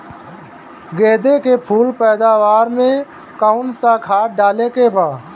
गेदे के फूल पैदवार मे काउन् सा खाद डाले के बा?